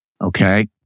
Okay